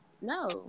no